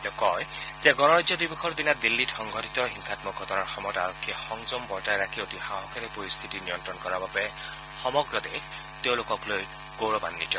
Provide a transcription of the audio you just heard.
তেওঁ কয় যে গণৰাজ্য দিৱসৰ দিনা দিল্লীত সংঘটিত হিংসাম্মক ঘটনাৰ সময়ত আৰক্ষীয়ে সংযম বৰ্তাই ৰাখি অতি সাহসেৰে পৰিস্থিতিক নিয়ন্ত্ৰণ কৰাৰ বাবে সমগ্ৰ দেশ তেওঁলোকক লৈ গৌৰৱান্নিত